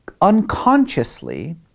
unconsciously